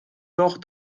doch